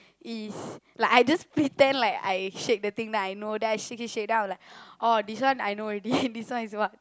is like I just pretend like I shake the thing then I know then I shake shake shake then I'm like orh this one I know already this one is what